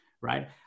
right